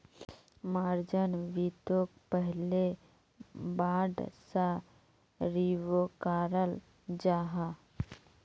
margin वित्तोक पहले bond सा स्विकाराल जाहा